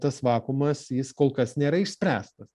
tas vakuumas jis kol kas nėra išspręstas